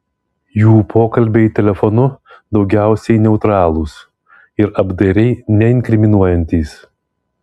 jų pokalbiai telefonu daugiausiai neutralūs ir apdairiai neinkriminuojantys